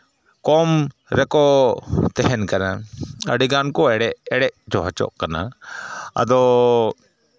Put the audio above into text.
ᱠᱚᱢ ᱨᱮᱠᱚ ᱛᱟᱦᱮᱱ ᱠᱟᱱᱟ ᱟᱹᱰᱤᱜᱟᱱ ᱠᱚ ᱮᱲᱮ ᱮᱲᱮ ᱦᱚᱪᱚᱜ ᱠᱟᱱᱟ ᱟᱫᱚ